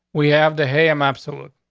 we have the ham. absolute.